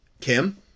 Kim